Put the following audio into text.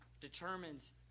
determines